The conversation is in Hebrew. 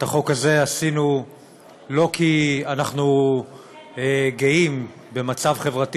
את החוק הזה עשינו לא כי אנחנו גאים במצב חברתי